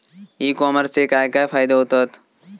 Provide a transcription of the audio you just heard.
E कॉमर्सचे काय काय फायदे होतत?